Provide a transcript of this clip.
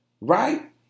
right